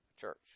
Church